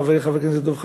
חברי חבר הכנסת דב חנין,